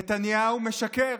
נתניהו משקר.